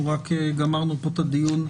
אנחנו רק גמרנו פה את הדיון,